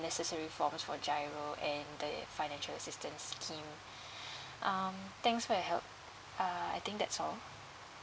necessary forms for G_I_R_O and the financial assistance scheme um thanks for your help err I think that's all